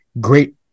great